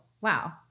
Wow